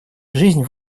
жизнь